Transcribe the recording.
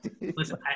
Listen